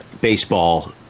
baseball